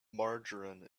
margarine